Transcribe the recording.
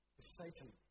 Satan